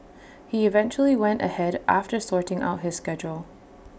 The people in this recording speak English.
he eventually went ahead after sorting out his schedule